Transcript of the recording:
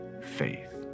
faith